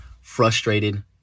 frustrated